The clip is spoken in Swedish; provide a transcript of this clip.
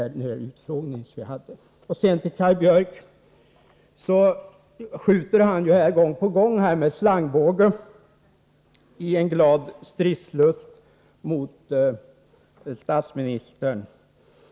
Herr Björck sköt här, med verklig stridslust, gång på gång med slangbåge mot statsministern.